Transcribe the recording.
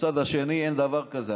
בצד השני אין דבר כזה.